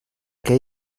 que